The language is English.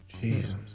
Jesus